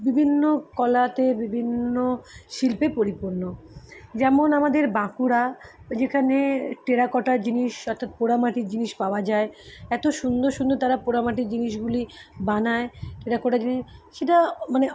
বিভিন্ন কলাতে বিভিন্ন শিল্পে পরিপূর্ণ যেমন আমাদের বাঁকুড়া যেখানে টেরাকোটা জিনিস অর্থাৎ পোড়ামাটির জিনিস পাওয়া যায় এতো সুন্দর সুন্দর তারা পোড়ামাটির জিনিসগুলি বানায় টেরাকোটা জিনিস সেটা মানে